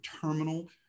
terminal